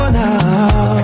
now